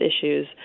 issues